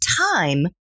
time